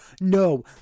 No